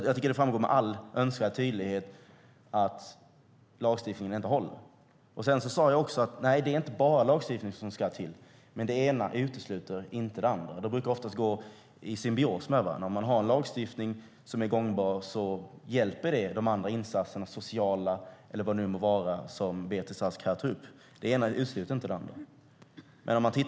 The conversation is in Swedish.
Jag tycker att det med all önskvärd tydlighet framgår att lagstiftningen inte håller. Jag sade också att det inte bara är lagstiftning som ska till. Det ena utesluter dock inte det andra, utan de olika insatserna brukar oftast ingå symbios med varandra. En gångbar lagstiftning hjälper de andra insatser - sociala eller vad det nu må vara - som Beatrice Ask tar upp. Det ena utesluter inte det andra.